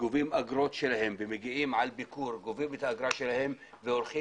וגובים את האגרה שלהם והולכים.